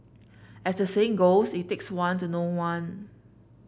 as the saying goes it takes one to know one